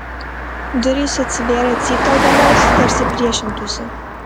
durys atsivėrė cypteldamos tarsi priešintųsi